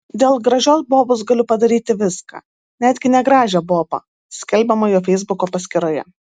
dėl gražios bobos galiu padaryti viską netgi negražią bobą skelbiama jo feisbuko paskyroje